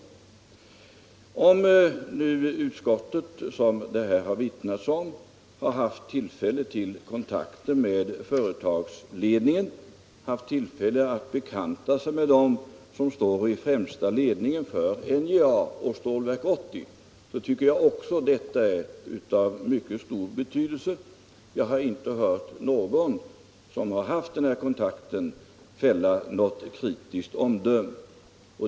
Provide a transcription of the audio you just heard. Om nu utskottet, såsom här har vittnats om, har haft tillfälle till kontakter med företagsledningen och har haft möjlighet att bekanta sig med dem som står i främsta ledningen för NJA och Stålverk 80, tycker jag att också detta är av mycket stor betydelse. Jag har inte hört någon som har haft denna kontakt fälla något kritiskt omdöme.